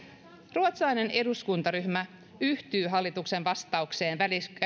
ruotsalainen eduskuntaryhmä yhtyy hallituksen vastaukseen